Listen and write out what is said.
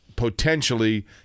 potentially